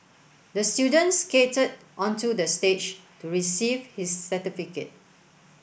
the students skated onto the stage to receive his certificate